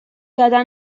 quedà